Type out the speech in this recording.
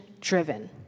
driven